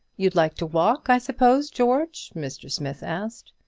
you'd like to walk, i suppose, george? mr. smith asked.